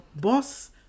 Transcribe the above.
boss